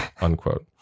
unquote